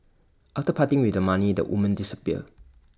after parting with the money the women disappear